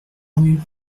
rue